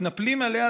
מתנפלים עליה,